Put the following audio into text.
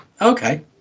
okay